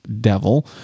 devil